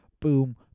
boom